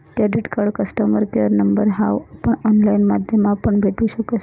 credit card customer care number हाऊ आपण online माध्यमापण भेटू शकस